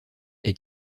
est